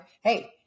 hey